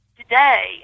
Today